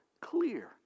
clear